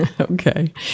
Okay